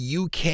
UK